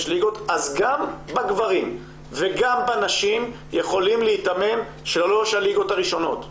ליגות אז גם בגברים וגם בנשים יכולים להתאמן שלוש הליגות הראשונות.